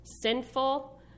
sinful